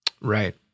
Right